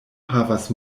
havas